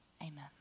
Amen